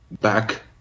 back